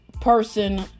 person